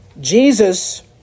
Jesus